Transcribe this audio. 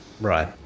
Right